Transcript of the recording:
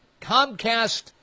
Comcast